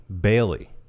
Bailey